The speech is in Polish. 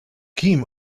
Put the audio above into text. kim